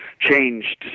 changed